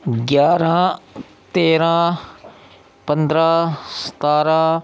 ग्यारह तेरां पंदरां सतारां